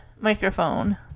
microphone